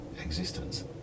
existence